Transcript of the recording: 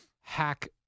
hack